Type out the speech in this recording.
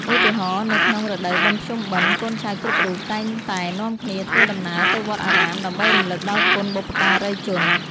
ឧទាហរណ៍ នៅក្នុងរដូវបុណ្យភ្ជុំបិណ្ឌ កូនចៅគ្រប់រូបតែងតែនាំគ្នាធ្វើដំណើរទៅវត្តអារាម ដើម្បីរំលឹកដល់គុណបុព្វការីជន។